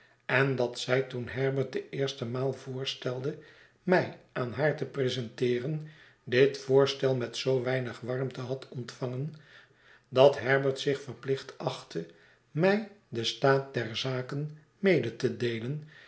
en dat zij toen herbert de eerste maal voorstelde mij aan haar te presenteeren dit voorstel met zoo weinig warmte had ontvangen dat herbert zich verplicht achtte mij den staat der zaken mede te deelen